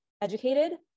educated